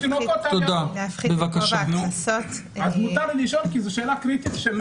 מותר לי לשאול כי זו שאלה קריטית.